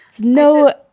no